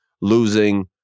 losing